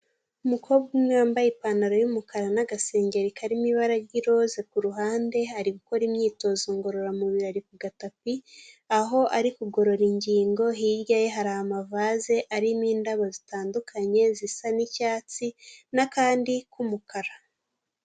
Umukobwa umwe wambaye ipantaro y'umukara n'agasengeri kari mu ibara ry'iroza ku ruhande, ari gukora imyitozo ngororamubirirori ari kugatapi aho ari kugorora ingingo, hirya ye hari amavaze arimo indabo zitandukanye zisa n'icyatsi, n'akandi k'umukara.